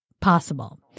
possible